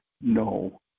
no